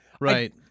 Right